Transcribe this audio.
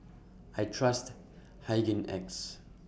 I Trust Hygin X